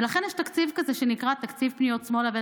ולכן יש תקציב כזה, שנקרא "תקציב פניות שמאלה".